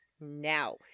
now